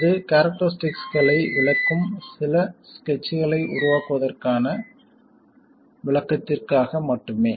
இது கேரக்டரிஸ்டிக்ஸ்களை விளக்கும் சில ஸ்கெட்ச்களை உருவாக்குவதற்கான விளக்கத்திற்காக மட்டுமே